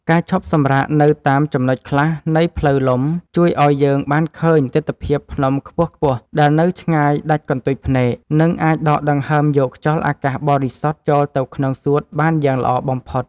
ការឈប់សម្រាកនៅតាមចំណុចខ្លះនៃផ្លូវលំជួយឱ្យយើងបានឃើញទិដ្ឋភាពភ្នំខ្ពស់ៗដែលនៅឆ្ងាយដាច់កន្ទុយភ្នែក និង អាចដកដង្ហើមយកខ្យល់អាកាសបរិសុទ្ធចូលទៅក្នុងសួតបានយ៉ាងល្អបំផុត។